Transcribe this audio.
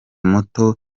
muto